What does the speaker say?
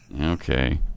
Okay